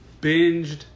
binged